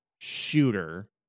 shooter